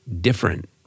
different